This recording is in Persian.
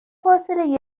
فاصله